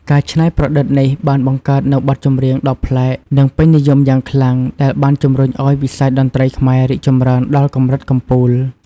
ការច្នៃប្រឌិតនេះបានបង្កើតនូវបទចម្រៀងដ៏ប្លែក និងពេញនិយមយ៉ាងខ្លាំង ដែលបានជំរុញឱ្យវិស័យតន្ត្រីខ្មែររីកចម្រើនដល់កម្រិតកំពូល ។